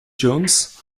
jones